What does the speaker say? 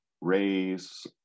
race